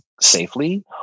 safely